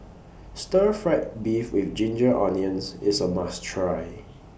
Stir Fried Beef with Ginger Onions IS A must Try